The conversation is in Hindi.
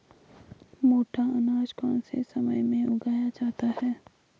मोटा अनाज कौन से समय में उगाया जाता है?